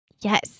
Yes